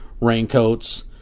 raincoats